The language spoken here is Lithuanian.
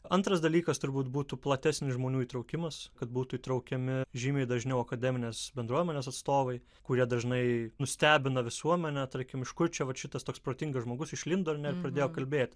antras dalykas turbūt būtų platesnis žmonių įtraukimas kad būtų įtraukiami žymiai dažniau akademinės bendruomenės atstovai kurie dažnai nustebina visuomenę tarkim iš kur čia vat šitas toks protingas žmogus išlindo ne ir pradėjo kalbėti